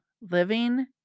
living